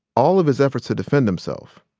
all of his efforts to defend himself,